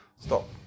Stop